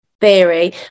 theory